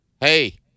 Hey